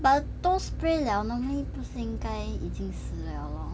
but 都 spray 了 normally 不是应该已经死了咯